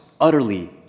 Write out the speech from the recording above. utterly